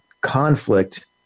conflict